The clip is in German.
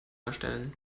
erstellen